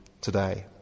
today